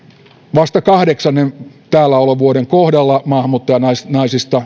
vasta kahdeksannen täälläolovuoden kohdalla maahanmuuttajanaisissa